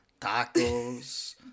tacos